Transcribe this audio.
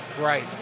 Right